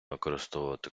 використовувати